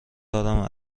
دارم